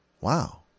Wow